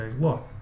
look